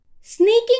Sneaking